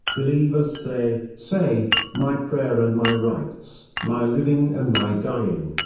believers say say my prayer and my rites, my living and my dying,